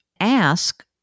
Ask